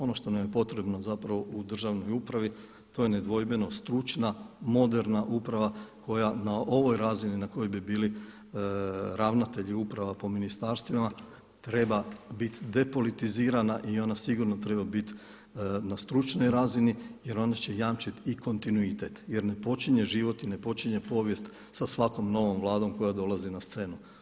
Ono što nam je potrebno u državnoj upravi, to je nedvojbeno stručna, moderna uprava koja na ovoj razini na kojoj bi bili ravnatelji uprava po ministarstvima treba biti depolitizirana i ona sigurno treba biti na stručnoj razini jer ona će jamčiti i kontinuitet jer ne počinje život i ne počinje povijest sa svakom novom vladom koja dolazi na scenu.